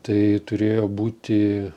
tai turėjo būti